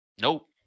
Nope